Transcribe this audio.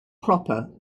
proper